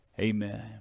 Amen